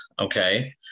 okay